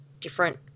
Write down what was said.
different